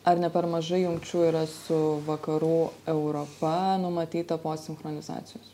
ar ne per mažai jungčių yra su vakarų europa numatyta po sinchronizacijos